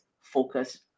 focus